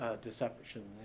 deception